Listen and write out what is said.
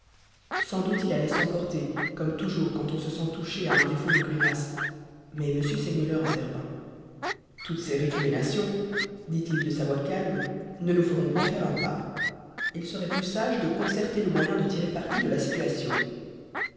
sans doute il allait s'emporter comme toujours quand on se sent touché à un défaut de cuirasse mais m segmuller intervint toutes ses récriminations dit-il de sa voix calme ne nous ferons point faire un pas il serait plus sage de concerter le moyen de tirer parti de la situation